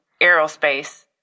aerospace